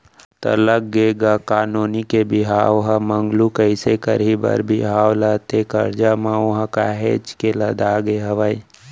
त लग गे का नोनी के बिहाव ह मगलू कइसे करही बर बिहाव ला ते करजा म ओहा काहेच के लदागे हवय